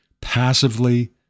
passively